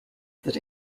that